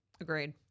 Agreed